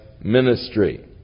ministry